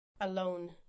alone